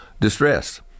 distress